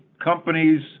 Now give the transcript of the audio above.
companies